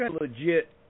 legit